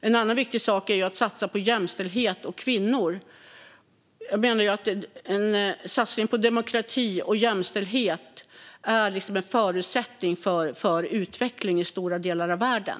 En viktig sak är också att satsa på jämställdhet och kvinnor. Jag menar att en satsning på demokrati och jämställdhet är en förutsättning för utveckling i stora delar av världen.